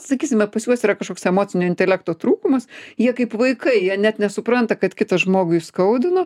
sakysime pas juos yra kažkoks emocinio intelekto trūkumas jie kaip vaikai jie net nesupranta kad kitą žmogų įskaudino